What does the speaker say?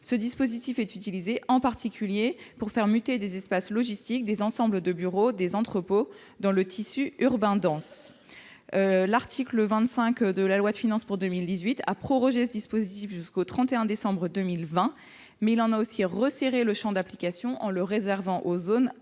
Ce dispositif est utilisé, en particulier, pour faire muter des espaces logistiques, des ensembles de bureaux, des entrepôts, dans le tissu urbain dense. L'article 25 de la loi de finances pour 2018 a prorogé ce dispositif jusqu'au 31 décembre 2020, mais il en a aussi resserré le champ d'application, en le réservant aux zones A et